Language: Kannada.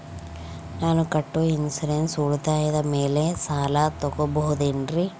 ನಾನು ಕಟ್ಟೊ ಇನ್ಸೂರೆನ್ಸ್ ಉಳಿತಾಯದ ಮೇಲೆ ಸಾಲ ತಗೋಬಹುದೇನ್ರಿ?